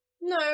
No